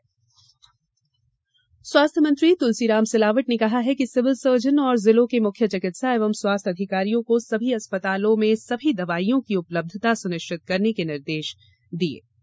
औचक निरीक्षण स्वास्थ्य मंत्री तुलसीराम सिलावट ने कहा है कि सिविल सर्जन और जिलों के मुख्य चिकित्सा एवं स्वास्थ्य अधिकारियों को सभी अस्पतालों में सभी दवाओं की उपलब्धता सुनिश्चित करने के निर्देश दिये गये हैं